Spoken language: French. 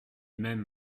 mêmes